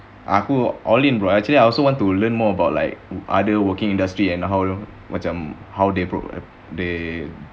aku all in bro actually I also want to learn more about like other working industry and how long macam how they they